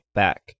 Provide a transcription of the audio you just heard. back